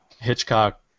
Hitchcock